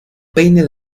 peine